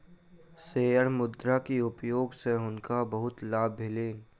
share मुद्रा के उपयोग सॅ हुनका बहुत लाभ भेलैन